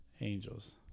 Angels